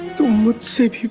to save